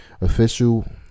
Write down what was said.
official